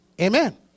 Amen